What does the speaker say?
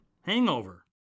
Hangover